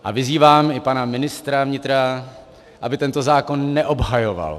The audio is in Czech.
A vyzývám i pana ministra vnitra, aby tento zákon neobhajoval.